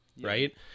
Right